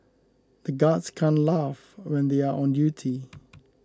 the guards can't laugh when they are on duty